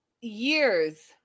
years